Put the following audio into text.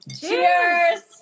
cheers